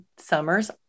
summer's